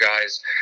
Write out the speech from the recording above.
guys